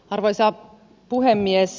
arvoisa puhemies